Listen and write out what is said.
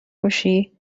کشی